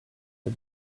the